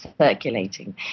circulating